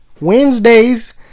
Wednesday's